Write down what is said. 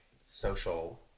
social